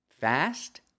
fast